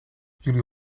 jullie